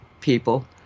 people